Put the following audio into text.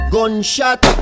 Gunshot